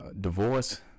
divorce